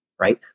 Right